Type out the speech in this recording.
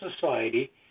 society